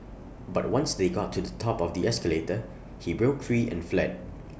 but once they got to the top of the escalator he broke free and fled